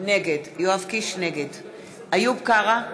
נגד איוב קרא,